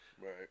Right